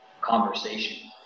conversation